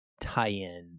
tie-in